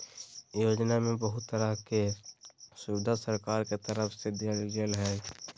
योजना में बहुत तरह के सुविधा सरकार के तरफ से देल गेल हइ